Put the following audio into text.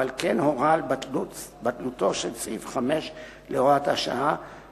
ועל כן הורה על בטלותו של סעיף 5 להוראת השעה,